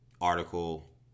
article